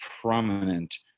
prominent